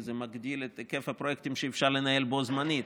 כי זה מגדיל את היקף הפרויקטים שאפשר לנהל בו זמנית.